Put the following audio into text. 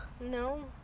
No